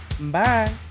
Bye